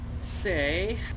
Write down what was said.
say